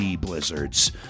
Blizzards